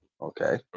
Okay